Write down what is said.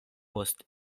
post